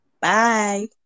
Bye